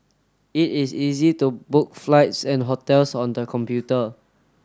it is easy to book flights and hotels on the computer